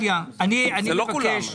זה לא כולם.